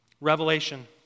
Revelation